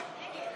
אינו נוכח יעקב